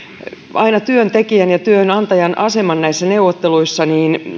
aina työntekijän ja työnantajan aseman näissä neuvotteluissa niin